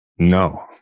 No